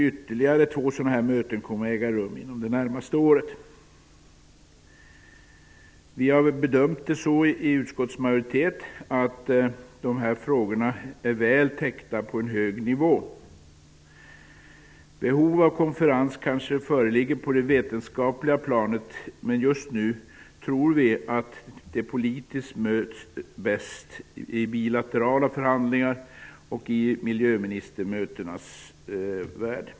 Ytterligare två möten kommer att äga rum under det närmaste året. Utskottsmajoriteten har bedömt att frågorna är väl täckta på en hög nivå. Behov av konferenser kanske föreligger på det vetenskapliga planet, men just nu tror vi att man på det politiska planet bäst möts i bilaterala förhandlingar i miljöministraranas värld.